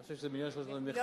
אני חושב, מיליון ו-350,000,